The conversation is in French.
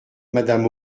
madame